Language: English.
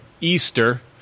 Easter